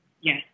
Yes